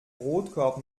brotkorb